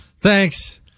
Thanks